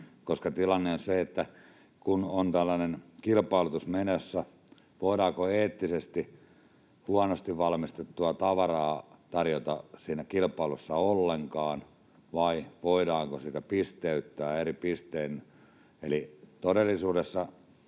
Tilanne on se, että kun on tällainen kilpailutus menossa, niin voidaanko eettisesti huonosti valmistettua tavaraa tarjota siinä kilpailussa ollenkaan vai voidaanko sitä pisteyttää eri pistein. Eli todellisuudessa